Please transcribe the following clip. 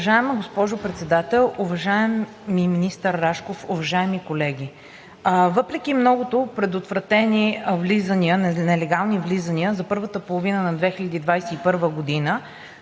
Уважаема госпожо Председател, уважаеми министър Рашков, уважаеми колеги! Въпреки многото предотвратени влизания – нелегални влизания, за първата половина на 2021 г.